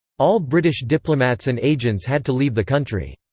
all british diplomats and agents had to leave the country.